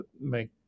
make